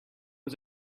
was